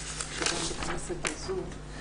בכנסת הזו היא